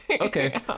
okay